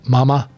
Mama